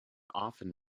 often